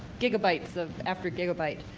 gigabyte after gigabyte.